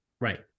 Right